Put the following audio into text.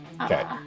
Okay